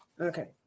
okay